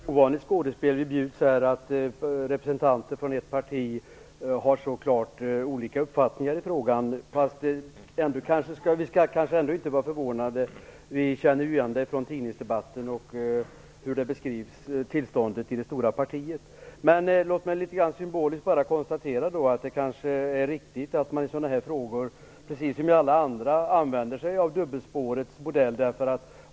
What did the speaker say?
Herr talman! Det är ett ganska ovanligt skådespel vi bjuds här när representanter för ett parti har så klart olika uppfattningar i frågan. Men vi skall kanske ändå inte vara förvånade. Vi känner ju igen det från tidningsdebatten och i hur tillståndet i det stora partiet beskrivs. Låt mig litet grand symboliskt konstatera att det kanske är riktigt att man i sådana här frågor, precis som i alla andra, använder sig av dubbelspårets modell.